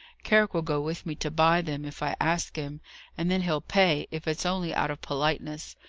carrick will go with me to buy them, if i ask him and then he'll pay, if it's only out of politeness.